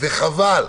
זה חבל.